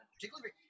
particularly